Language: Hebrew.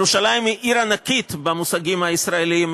ירושלים היא עיר ענקית במושגים הישראליים,